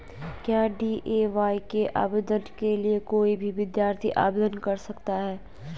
क्या डी.ए.वाय के आवेदन के लिए कोई भी विद्यार्थी आवेदन कर सकता है?